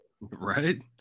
Right